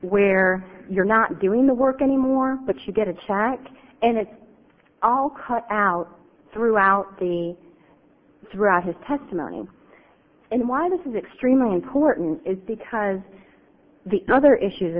where you're not doing the work anymore but you get a check and it's all cut out throughout the throughout his testimony and why this is extremely important is because the other issues